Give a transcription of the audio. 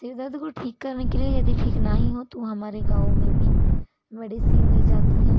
सिर दर्द को ठीक करने के लिए यदि ठीक ना ही हो तो हमारे गाँव में भी मेडिसिन ली जाती है